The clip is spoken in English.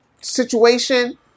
situation